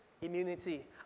immunity